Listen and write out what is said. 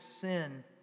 sin